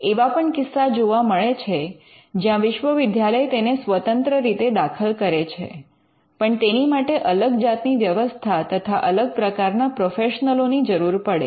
એવા પણ કિસ્સા જોવા મળે છે જ્યાં વિશ્વવિદ્યાલય તેને સ્વતંત્ર રીતે દાખલ કરે છે પણ તેની માટે અલગ જાતની વ્યવસ્થા તથા અલગ પ્રકારના પ્રોફેશનલોની જરૂર પડે